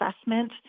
assessment